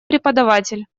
преподаватель